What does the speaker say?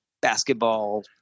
basketball